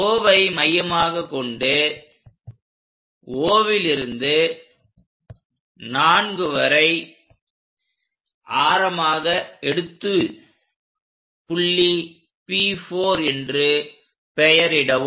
O மையமாகக் கொண்டு Oலிருந்து 4 வரை ஆரமாக எடுத்து புள்ளி P4 என்று பெயரிடவும்